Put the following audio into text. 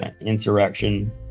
insurrection